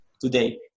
today